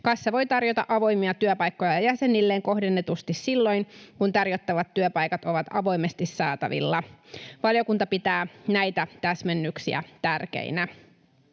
Kassa voi tarjota avoimia työpaikkoja jäsenilleen kohdennetusti silloin, kun tarjottavat työpaikat ovat avoimesti saatavilla. Valiokunta pitää näitä täsmennyksiä tärkeinä.